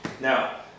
Now